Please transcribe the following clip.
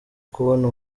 kubona